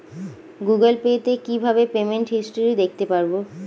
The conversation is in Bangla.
গুগোল পে তে কিভাবে পেমেন্ট হিস্টরি দেখতে পারবো?